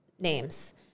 names